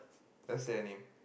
what's her name